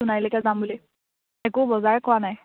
সোণাৰীলৈকে যাম বুলি একো বজাৰেই কৰা নাই